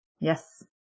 Yes